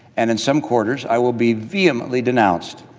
and in some quarters, i will be vehemently denounced.